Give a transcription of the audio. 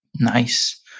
Nice